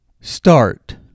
Start